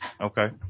Okay